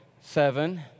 seven